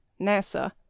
NASA